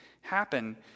happen